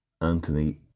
Anthony